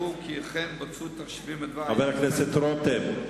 חבר הכנסת רותם.